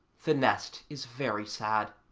the nest is very sad.